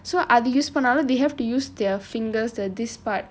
so அது:adhu use பண்ணாலும்:pannaalum they have to use their fingers the this part